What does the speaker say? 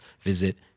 visit